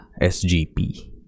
SGP